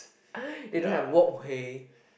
they don't have walkway